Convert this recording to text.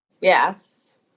Yes